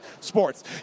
sports